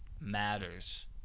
Matters